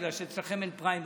בגלל שאצלכם אין פריימריז,